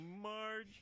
Marge